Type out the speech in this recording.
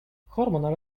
hormonal